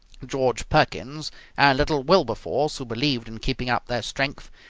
george perkins and little wilberforce, who believed in keeping up their strength,